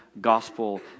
gospel